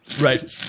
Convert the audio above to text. right